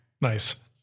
Nice